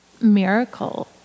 miracle